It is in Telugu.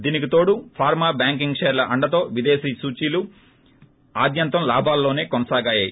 దీనికి తోడు ఫార్మా బ్యాంకింగ్ షేర్ల అండతో దేశీయ సూచీలు ఆద్యంతం లాభాల్లోనే కొనసాగాయి